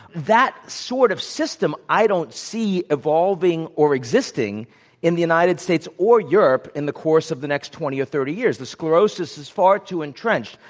that sort of system i don't see evolving or existing in the united states or europe in the course of the next twenty or thirty years. the sclerosis is far too entrenched.